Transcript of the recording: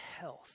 health